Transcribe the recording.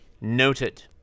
Noted